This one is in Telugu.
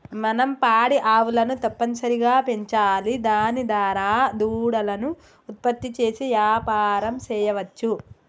మనం పాడి ఆవులను తప్పనిసరిగా పెంచాలి దాని దారా దూడలను ఉత్పత్తి చేసి యాపారం సెయ్యవచ్చు